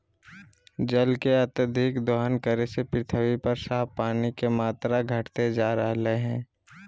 जल के अत्यधिक दोहन करे से पृथ्वी पर साफ पानी के मात्रा घटते जा रहलय हें